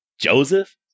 Joseph